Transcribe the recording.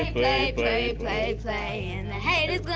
play, play, play play. and the hater's